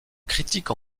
critique